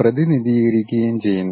പ്രതിനിധീകരിക്കുകയും ചെയ്യുന്നു